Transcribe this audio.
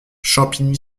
champigny